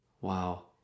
Wow